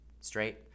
straight